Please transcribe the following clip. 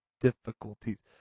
difficulties